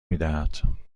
میدهد